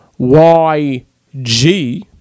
YG